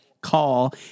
call